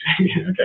Okay